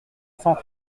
cent